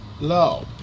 low